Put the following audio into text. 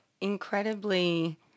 incredibly